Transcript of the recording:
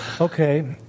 Okay